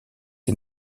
est